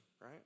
right